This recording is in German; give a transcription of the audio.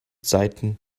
seiten